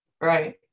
right